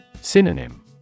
Synonym